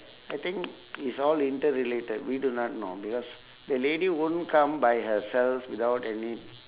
I think it's all interrelated we do not know because the lady wouldn't come by herself without any